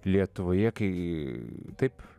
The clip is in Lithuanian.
lietuvoje kai taip